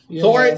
Thor